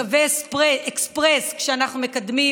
מקווי אקספרס שאנחנו מקדמים,